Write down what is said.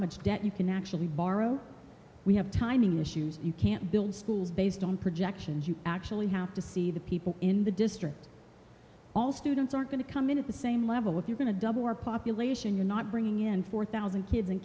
much debt you can actually borrow we have timing issues you can't build schools based on projections you actually have to see the people in the district all students are going to come in at the same level if you're going to double our population you're not bringing in four thousand kids in